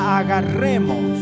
agarremos